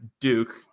Duke